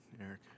Eric